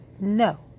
No